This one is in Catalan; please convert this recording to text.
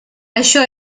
això